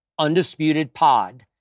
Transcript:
undisputedpod